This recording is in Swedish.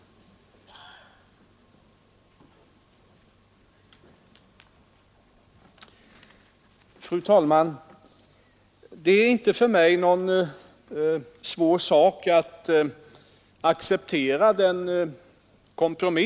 naturvårdssynpunkterna blir tillr